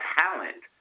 talent